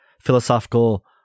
philosophical